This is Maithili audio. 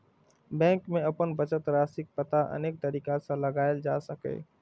बैंक मे अपन बचत राशिक पता अनेक तरीका सं लगाएल जा सकैए